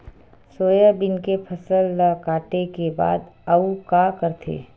Soybean के फसल ल काटे के बाद आऊ का करथे?